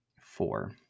four